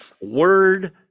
word